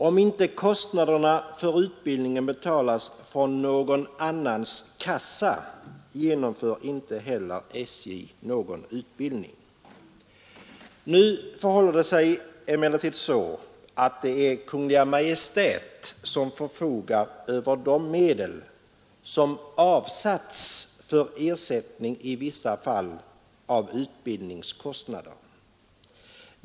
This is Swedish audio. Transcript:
Om inte kostnaderna för utbildningen betalas från någon annans kassa, genomför inte heller SJ någon utbildning. Nu förhåller det sig emellertid så att det är Kungl. Maj:t som förfogar över de medel som avsatts för ersättning i vissa fall av utbildningskostnader.